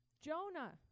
Jonah